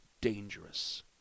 dangerous